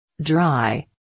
Dry